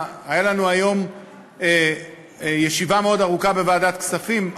הייתה לנו היום ישיבה מאוד ארוכה בוועדת כספים,